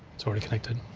it's already connected.